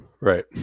Right